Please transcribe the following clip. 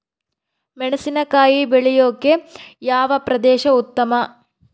ಮೆಣಸಿನಕಾಯಿ ಬೆಳೆಯೊಕೆ ಯಾವ ಪ್ರದೇಶ ಉತ್ತಮ?